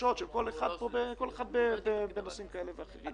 החששות של כל אחד פה בנושאים כאלה ואחרים.